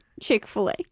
chick-fil-a